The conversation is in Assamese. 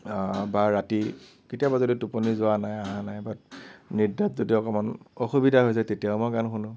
বা ৰাতি কেতিয়াবা যদি টোপনি যোৱা নাই অহা নাই বাট নিদ্ৰাত যদি অকণমান অসুবিধা হৈছে তেতিয়াও মই গান শুনো